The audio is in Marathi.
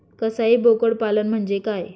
कसाई बोकड पालन म्हणजे काय?